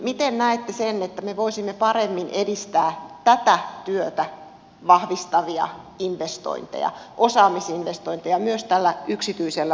miten näette sen että me voisimme paremmin edistää tätä työtä vahvistavia investointeja osaamisinvestointeja myös yksityisellä puolella